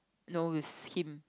no with him